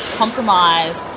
compromise